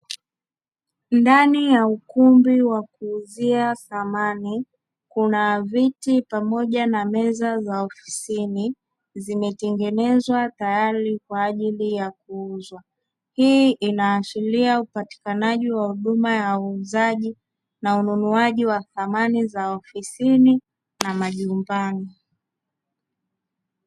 Ndani ya ukumbi wa kuuzia samani kuna viti pamoja na meza za ofisini zimetengenezwa tayari kwa ajili ya kuuzwa, hii inaashiria upatikanaji wa huduma ya uuzaji na ununuaji wa samani za ofisini na majumbani.